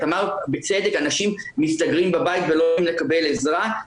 את אמרת בצדק שאנשים מסתגרים בבית ולא הולכים לקבל עזרה,